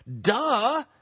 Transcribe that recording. Duh